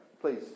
please